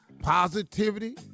Positivity